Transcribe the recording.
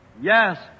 Yes